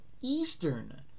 Eastern